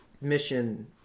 mission